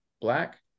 black